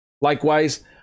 Likewise